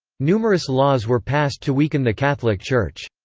numerous laws were passed to weaken the catholic church.